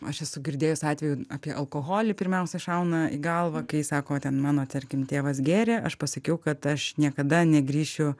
aš esu girdėjus atvejų apie alkoholį pirmiausia šauna į galvą kai sako ten mano tarkim tėvas gėrė aš pasakiau kad aš niekada negrįšiu